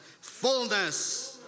Fullness